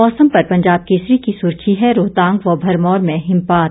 मौसम पर पंजाब केसरी की सुर्खी है रोहतांग व भरमौर में हिमपात